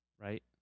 right